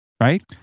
Right